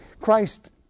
Christ